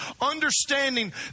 understanding